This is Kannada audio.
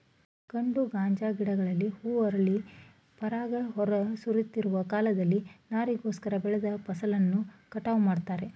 ಗಂಡು ಗಾಂಜಾ ಗಿಡಗಳಲ್ಲಿ ಹೂ ಅರಳಿ ಪರಾಗ ಹೊರ ಸುರಿಯುತ್ತಿರುವ ಕಾಲದಲ್ಲಿ ನಾರಿಗೋಸ್ಕರ ಬೆಳೆದ ಫಸಲನ್ನು ಕಟಾವು ಮಾಡ್ತಾರೆ